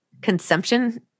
consumption